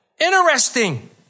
Interesting